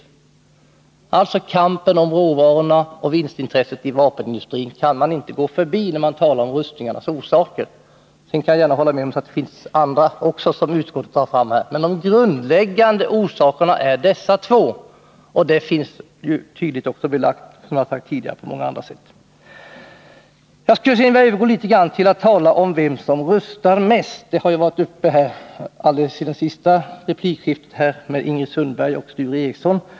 Man kan alltså inte gå förbi kampen om råvarorna och vinstintresset i vapenindustrin, när man talar om rustningarnas orsaker. Sedan kan jag gärna hålla med om att det finns också andra orsaker, som utskottet tar fram, men de grundläggande orsakerna är dessa två. Det finns tydligt belagt på många olika sätt. Jag skall sedan övergå till att tala om vem som rustar mest. Den frågan var uppei replikskiftet mellan Ingrid Sundberg och Sture Ericson.